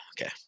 Okay